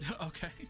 Okay